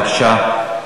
בבקשה.